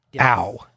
Ow